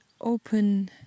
open